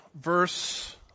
verse